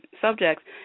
subjects